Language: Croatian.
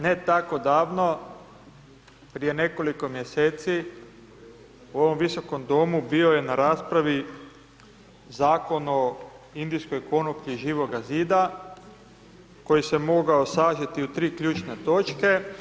Ne tako davno, prije nekoliko mjeseci u ovom Visokom Domu bio je na raspravi Zakon o indijskoj konoplji Živoga Zida, koji se mogao sažeti u 3 ključne točke.